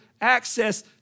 access